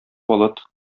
болыт